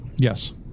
Yes